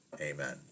Amen